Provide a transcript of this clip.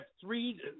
three